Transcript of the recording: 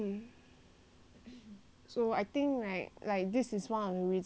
so I think right like this is one of the reason right like